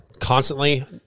constantly